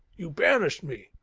you banished me.